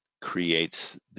creates